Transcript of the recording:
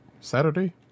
Saturday